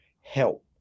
help